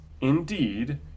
indeed